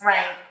Right